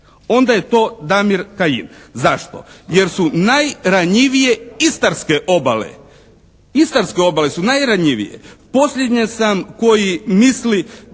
onda je to Damir Kajin. Zašto? Jer su najranjivije istarske obale. Istarske obale su najranjivije. Posljednje sam koji misli